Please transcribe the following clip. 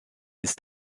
ist